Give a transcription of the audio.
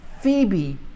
Phoebe